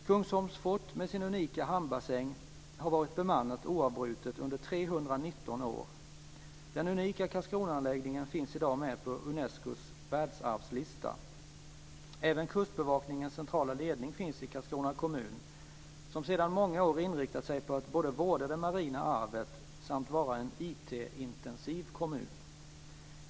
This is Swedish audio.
Kungsholms fort med sin unika hamnbassäng har varit bemannat oavbrutet under 319 år. Den unika Karlskronaanläggningen finns i dag med på Unescos världsarvslista. Även kustbevakningens centrala ledning finns i Karlskrona kommun som sedan många år inriktat sig på att både vårda det marina arvet samt att vara en IT intensiv kommun.